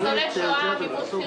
ניצולי שואה, מימון בחירות.